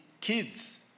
kids